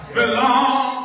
belong